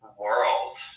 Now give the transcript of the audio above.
world